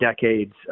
decades